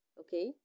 okay